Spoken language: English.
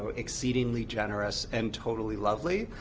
ah exceedingly generous, and totally lovely.